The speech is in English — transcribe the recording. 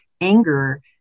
Anger